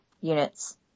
units